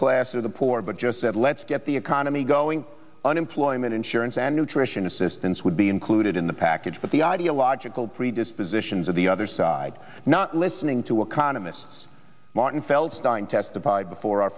class or the poor but just said let's get the economy going unemployment insurance and nutrition assistance would be included in the package but the ideological predispositions of the other side not listening to a condom miss martin feldstein testified before our